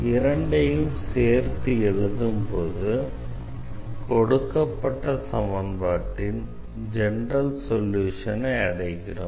இரண்டையும் சேர்த்து எழுதும் போது கொடுக்கப்பட்ட சமன்பாட்டின் ஜெனரல் சொல்யூஷனை அடைகிறோம்